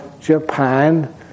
Japan